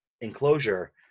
enclosure